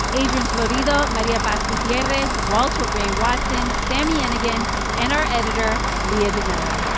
adrian florido, maria paz gutierrez, walter ray watson, sami yenigun and our editor, leah donnella